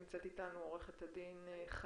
אני אעלה בינתיים את